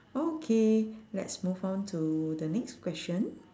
okay let's move on to the next question